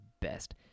best